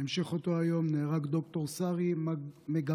בהמשיך אותו היום נהרג ד"ר סארי מגאמסה,